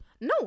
No